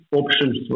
options